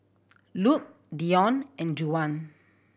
Lupe Deon and Juwan